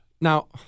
Now